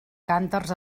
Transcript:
cànters